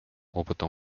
опытом